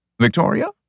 Victoria